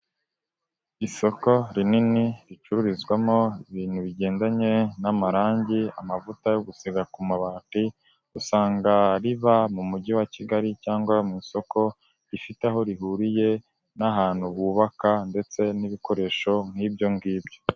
Isoko rinini ricururizwamo ibintu bigendanye n'amarangi, amavuta yo gusiga ku mabati, usanga riba mu mujyi wa Kigali cyangwa mu isoko rifite aho rihuriye n'ahantu bubaka ndetse n'ibikoresho nk'ibyo ngibyo.